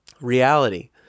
reality